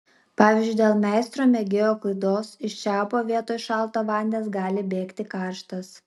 pavyzdžiui dėl meistro mėgėjo klaidos iš čiaupo vietoj šalto vandens gali bėgti karštas